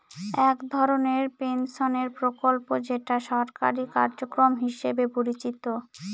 এক ধরনের পেনশনের প্রকল্প যেটা সরকারি কার্যক্রম হিসেবে পরিচিত